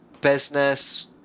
business